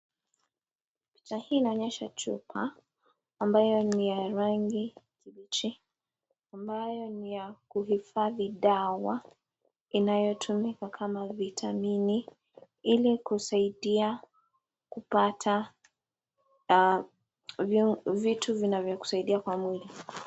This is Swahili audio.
Picha hii inaonyesha chupa ambayo ni ya rangi kibichi ambayo ni ya kuhifadhi dawa inayotumika kama vitamini ili kusaidia kupata vitu vinavyokusaidia kwa mwili.